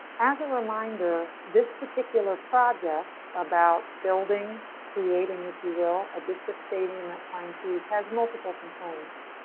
as a reminder, this particular project about building creating if you will a district stadium at pine creek, has multiple components.